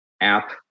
app